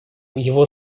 его